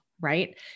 right